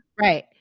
Right